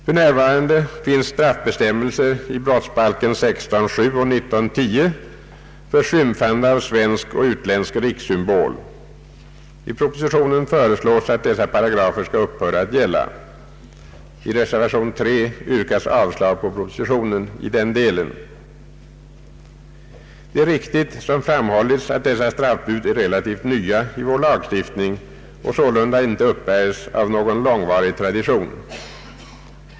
För närvarande finns straffbestämmelser i brottsbalkens 16 kap. 7 § och 19 kap. 10 § för skymfande av svensk och utländsk rikssymbol. I propositionen föreslås att dessa paragrafer skall upphöra att gälla. I reservation 3 yrkas avslag på propositionen i denna del. Det är riktigt såsom framhållits att dessa straffbud är relativt nya i vår lagstiftning och sålunda inte uppbärs av någon långvarig tradition.